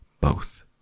Both